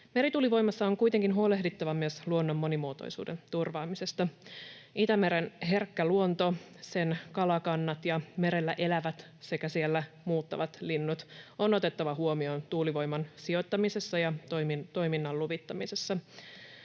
Merituulivoimassa on kuitenkin huolehdittava myös luonnon monimuotoisuuden turvaamisesta: Itämeren herkkä luonto, sen kalakannat ja merellä elävät sekä siellä muuttavat linnut on otettava huomioon tuulivoiman sijoittamisessa ja toiminnan luvittamisessa.